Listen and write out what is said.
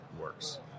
works